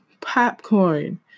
popcorn